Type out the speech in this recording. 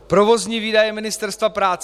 Provozní výdaje Ministerstva práce.